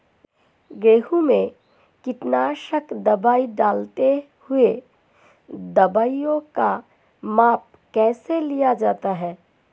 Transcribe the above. गेहूँ में कीटनाशक दवाई डालते हुऐ दवाईयों का माप कैसे लिया जाता है?